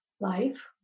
life